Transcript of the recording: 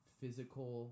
physical